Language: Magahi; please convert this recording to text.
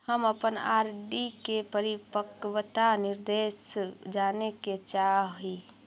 हम अपन आर.डी के परिपक्वता निर्देश जाने के चाह ही